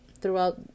throughout